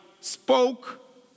spoke